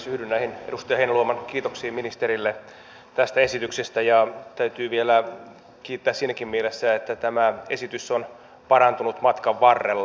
yhdyn näihin edustaja heinäluoman kiitoksiin ministerille tästä esityksestä ja täytyy vielä kiittää siinäkin mielessä että tämä esitys on parantunut matkan varrella